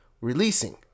releasing